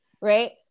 right